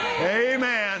Amen